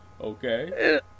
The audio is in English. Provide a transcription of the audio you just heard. okay